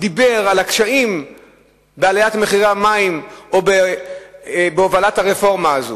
דיבר על הקשיים בעליית מחירי המים או בהובלת הרפורמה הזאת,